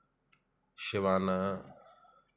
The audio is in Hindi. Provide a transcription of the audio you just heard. शिवाना